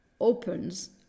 opens